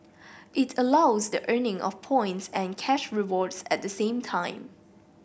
it allows the earning of points and cash rewards at the same time